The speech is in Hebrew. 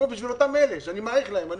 בשביל אותם אלה שאני מאריך להם.